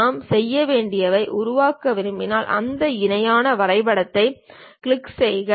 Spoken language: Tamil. நான் செய்ய வேண்டியதை உருவாக்க விரும்பினால் அந்த இணையான வரைபடத்தைக் கிளிக் செய்க